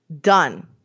done